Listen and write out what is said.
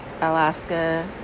Alaska